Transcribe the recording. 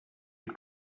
you